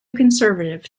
conservative